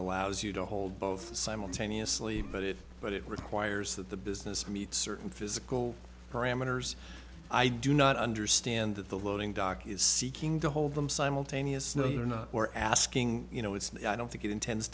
allows you to hold both simultaneously but it but it requires that the business meet certain physical parameters i do not understand that the loading dock is seeking to hold them simultaneous no you're not were asking you know it's i don't think it intends